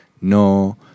no